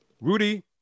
Rudy